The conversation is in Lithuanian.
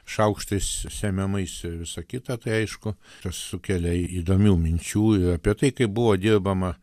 šaukštais semiamais ir visa kita tai aišku tas sukelia įdomių minčių ir apie tai kaip buvo dirbama